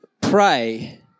pray